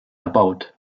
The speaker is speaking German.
erbaut